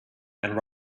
and